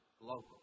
local